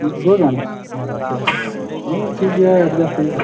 ᱢᱤᱫ ᱯᱨᱳᱜᱨᱟᱢ ᱟᱪᱪᱷᱟ ᱦᱳᱭ ᱦᱳᱭ ᱴᱷᱤᱠ ᱜᱮᱭᱟ ᱮᱰᱡᱟᱥᱴ ᱦᱩᱭᱩᱜᱼᱟ